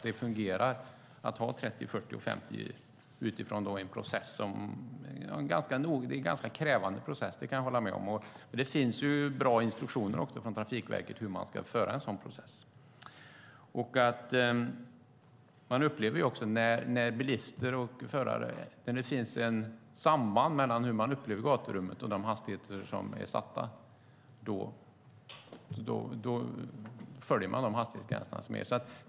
Det fungerar att ha 30, 40 eller 50 utifrån en process som är ganska krävande - det kan jag hålla med om - men det finns bra instruktioner från Trafikverket om hur man ska föra en sådan process. När det finns ett samband mellan hur man upplever gaturummet och de hastigheter som är satta följer man också den hastighetsgräns som gäller.